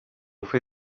fer